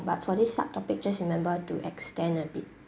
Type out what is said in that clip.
but for this sub topic just remember to extend a bit